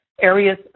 areas